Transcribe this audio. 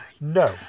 No